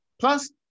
Plus